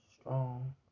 strong